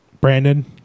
Brandon